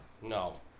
No